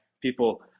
People